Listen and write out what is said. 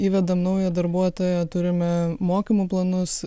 įvedam naują darbuotoją turime mokymų planus